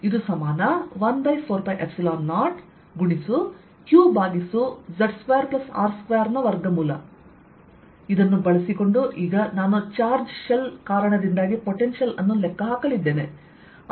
Vzdq4π0rdq4π0z2R214π0Qz2R2 ಇದನ್ನು ಬಳಸಿಕೊಂಡು ಈಗ ನಾನು ಚಾರ್ಜ್ ಶೆಲ್ ಕಾರಣದಿಂದಾಗಿ ಪೊಟೆನ್ಶಿಯಲ್ ಅನ್ನು ಲೆಕ್ಕ ಹಾಕಲಿದ್ದೇನೆ